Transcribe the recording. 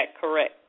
correct